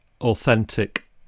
authentic